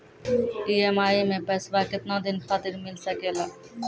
EMI मैं पैसवा केतना दिन खातिर मिल सके ला?